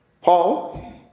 Paul